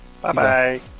Bye-bye